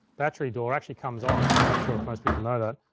battery door actually comes off. i'm not sure if most people know that.